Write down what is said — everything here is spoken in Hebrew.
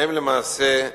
שהם, למעשה,